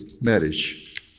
marriage